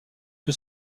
que